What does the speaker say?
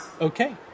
Okay